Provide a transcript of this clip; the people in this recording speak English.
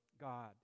God